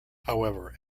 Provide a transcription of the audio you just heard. however